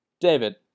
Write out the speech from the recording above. David